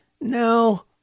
No